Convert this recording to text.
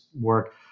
work